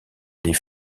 les